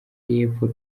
y’epfo